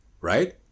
right